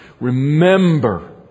remember